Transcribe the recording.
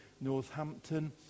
Northampton